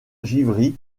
givry